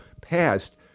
passed